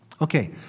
Okay